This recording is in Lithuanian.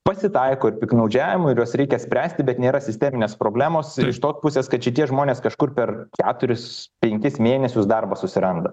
pasitaiko ir piktnaudžiavimo ir juos reikia spręsti bet nėra sisteminės problemos ir iš tos pusės kad šitie žmonės kažkur per keturis penkis mėnesius darbą susiranda